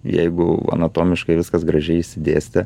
jeigu anatomiškai viskas gražiai išsidėstę